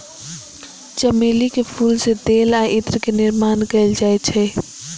चमेली के फूल सं तेल आ इत्र के निर्माण कैल जाइ छै